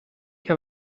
che